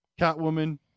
Catwoman